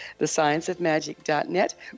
thescienceofmagic.net